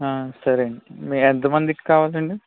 సరే అండి మీ ఎంత మందికి కావాలి అండి